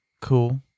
cool